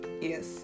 yes